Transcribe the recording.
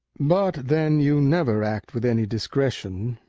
but then you never act with any discretion.